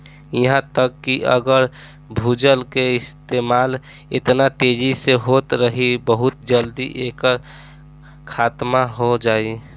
इहा तक कि अगर भूजल के इस्तेमाल एतना तेजी से होत रही बहुत जल्दी एकर खात्मा हो जाई